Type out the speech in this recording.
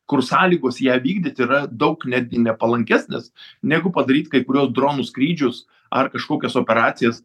kur sąlygos ją vykdyt yra daug netgi nepalankesnės negu padaryt kai kuriuos dronų skrydžius ar kažkokias operacijas